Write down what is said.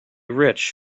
rich